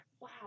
Wow